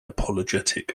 apologetic